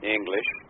English